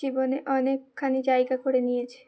জীবনে অনেকখানি জায়গা করে নিয়েছে